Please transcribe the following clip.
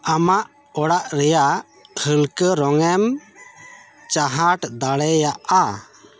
ᱟᱢᱟᱜ ᱚᱲᱟᱜ ᱨᱮᱭᱟᱜ ᱦᱟᱹᱞᱠᱟᱹ ᱨᱚᱝ ᱮᱢ ᱪᱟᱸᱦᱟᱴ ᱫᱟᱲᱮᱭᱟᱜᱼᱟ